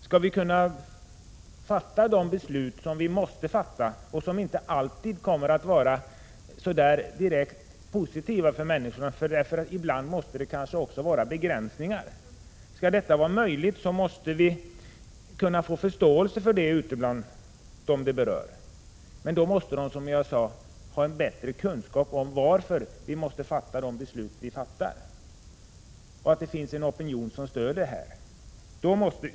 Skall vi kunna fatta de beslut som vi måste fatta, och som inte alltid kommer att vara direkt positiva för människor utan ibland tvärtom kan innebära begränsningar, måste vi få förståelse för våra beslut hos de berörda. Då måste människorna, som jag sade, få bättre kunskaper om varför vi tvingas fatta vissa beslut. Det måste finnas en opinion som stöder oss.